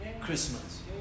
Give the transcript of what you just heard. Christmas